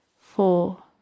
Four